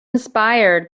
inspired